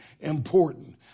important